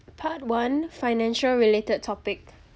part one financial related topic